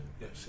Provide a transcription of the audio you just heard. yes